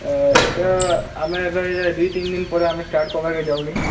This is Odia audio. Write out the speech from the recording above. ଇଟା ଆମେ ଏଭେ ଦୁଇ ତିନ୍ ଦିନ୍ ପରେ ଆମେ ଇଟା ଷ୍ଟାର୍ଟ କର୍ବାର୍ କେ ଯାଉଛୁଁ